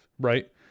right